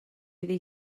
iddi